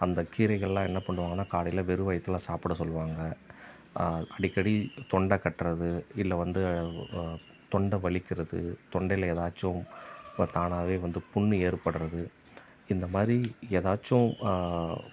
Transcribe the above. அந்த கீரைகளெலாம் என்ன பண்ணுவாங்கனால் காலையில் வெறும் வயிற்றுல சாப்பிட சொல்வாங்க அடிக்கடி தொண்டை கட்டுறது இல்லை வந்து தொண்டை வலிக்கிறது தொண்டையில் ஏதாச்சும் இப்போ தானாகவே வந்து புண் ஏற்படுறது இந்தமாதிரி ஏதாச்சும்